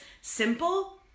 simple